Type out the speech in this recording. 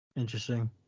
interesting